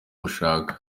mushaka